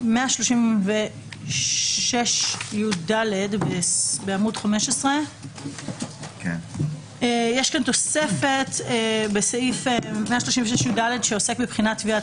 תקנה 136יד בעמוד 15. יש כאן תוספת שעוסק בבחינת קביעת